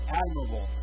admirable